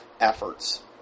efforts